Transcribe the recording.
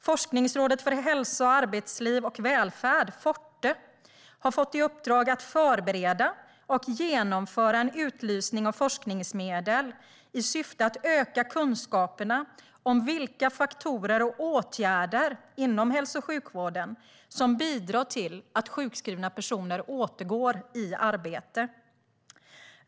Forskningsrådet för hälsa, arbetsliv och välfärd, Forte, har fått i uppdrag att förbereda och genomföra en utlysning av forskningsmedel i syfte att öka kunskaperna om vilka faktorer och åtgärder inom hälso och sjukvården som bidrar till att sjukskrivna personer återgår i arbete.